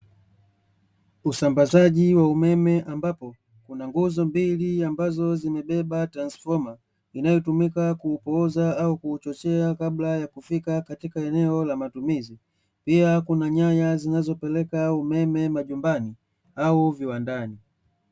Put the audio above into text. Usambazaji wa umeme ambapo kuna nguzo mbili ambazo zimebeba transfoma, inayotumika kuupooza au kuuchochea kabla ya kufika katika eneo la matumizi. Pia kuna nyaya zinazopeleka umeme majumbani au viwandani.